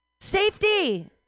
Safety